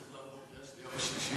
זה צריך לעבור קריאה שנייה ושלישית.